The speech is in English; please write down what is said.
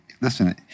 listen